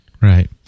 Right